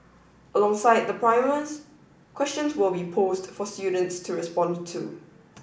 alongside the primers questions will be posed for students to respond to